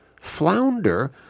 flounder